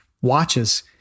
watches